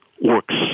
works